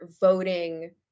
voting